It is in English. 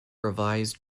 revised